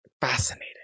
fascinating